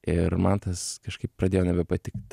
ir man tas kažkaip pradėjo nebepatikt